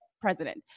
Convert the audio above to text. president